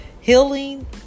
Healing